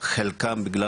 חלקם בגלל